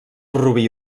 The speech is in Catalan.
rubí